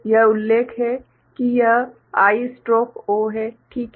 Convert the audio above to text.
यह उल्लेख है कि यह I स्ट्रोक O है ठीक है